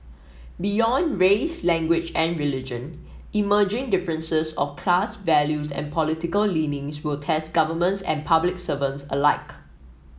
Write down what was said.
beyond race language and religion emerging differences of class values and political leanings will test governments and public servant alike